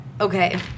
okay